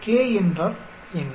k என்றால் என்ன